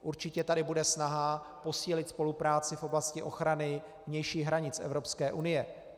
Určitě tady bude snaha posílit spolupráci v oblasti ochrany vnějších hranic Evropské unie.